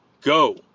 go